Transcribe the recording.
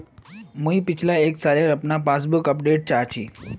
मुई पिछला एक सालेर अपना पासबुक अपडेट चाहची?